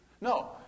No